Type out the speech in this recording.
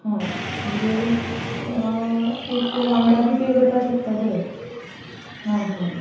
आं म्हणजेर एक वांगडा बी पे करपा शकता तर हां हां